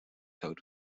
code